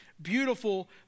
Beautiful